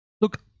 Look